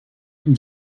from